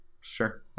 sure